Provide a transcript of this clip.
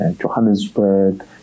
Johannesburg